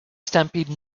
stampede